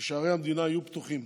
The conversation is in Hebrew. וששערי המדינה יהיו פתוחים